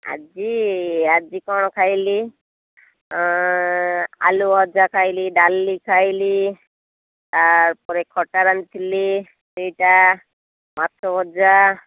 ଆଜି ଆଜି କ'ଣ ଖାଇଲି ଆଳୁ ଭଜା ଖାଇଲି ଡାଲି ଖାଇଲି ପରେ ଖଟା ରାନ୍ଧିଥିଲି ସେଇଟା ମାଛ ଭଜା